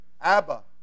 Abba